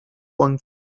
juan